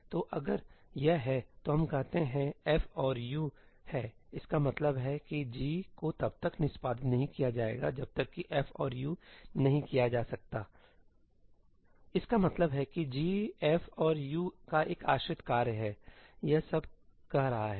तो अगर यह है तो हम कहते हैं f और यह u है इसका मतलब है कि 'g' को तब तक निष्पादित नहीं किया जाएगा जब तक कि f और u नहीं किया जाता है इसका मतलब है कि g f और u का एक आश्रित कार्य है यह सब कह रहा है